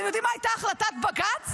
אתם יודעים מה הייתה החלטת בג"ץ?